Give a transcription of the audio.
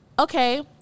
Okay